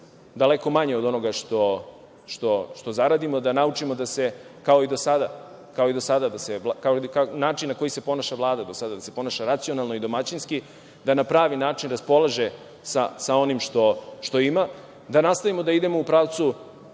daleko manje od onoga što zaradimo, da naučimo da se, kao i do sada, način na koji se ponaša Vlada, da se ponaša racionalno i domaćinski, da na pravi način raspolaže sa onim što ima, da nastavimo da idemo u pravcu